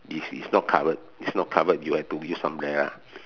is is not covered is not covered you have to use umbrella